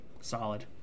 Solid